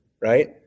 right